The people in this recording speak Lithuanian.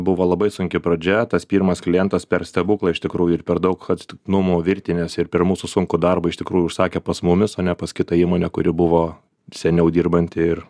buvo labai sunki pradžia tas pirmas klientas per stebuklą iš tikrųjų ir per daug atsitiktinumų virtinės ir per mūsų sunkų darbą iš tikrųjų užsakė pas mumis o ne pas kitą įmonę kuri buvo seniau dirbanti ir